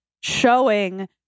showing